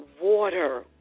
Water